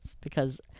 because-